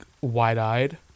wide-eyed